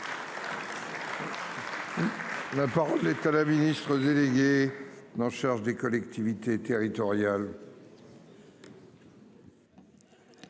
La parole est à la ministre. Délégué chargé des collectivités territoriales.